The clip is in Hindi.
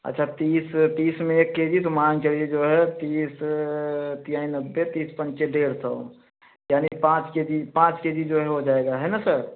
अच्छा तीस तीस में एक के जी तो मान के चलिए जो है तीन सौ तियाईं नब्बे तीस पंचे डेढ़ सौ यानी पाँच के जी पाँच के जी जो है हो जाएगा हैना सर